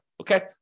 Okay